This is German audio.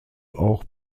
auch